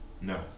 No